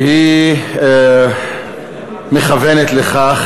והיא מכוונת לכך